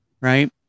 right